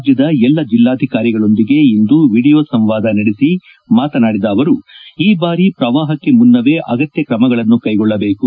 ರಾಜ್ಯದ ಎಲ್ಲಾ ಜಿಲ್ಲಾಧಿಕಾರಿಗಳೊಡನೆ ಇಂದು ವೀಡಿಯೋ ಸಂವಾದ ನಡೆಸಿ ಮಾತನಾಡಿದ ಅವರು ಈ ಬಾರಿ ಪ್ರವಾಹಕ್ಕೆ ಮುನ್ನವೇ ಅಗತ್ಯ ಕ್ರಮಗಳನ್ನು ಕೈಗೊಳ್ಳಬೇಕು